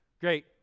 Great